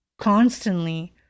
constantly